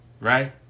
right